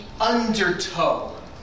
undertow